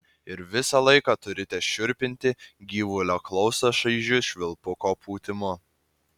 ir visą laiką turite šiurpinti gyvulio klausą šaižiu švilpuko pūtimu